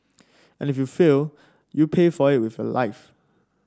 and if you fail you pay for it with your life